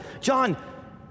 John